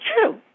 true